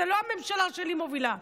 לא הממשלה שלי מובילה,